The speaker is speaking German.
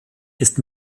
ist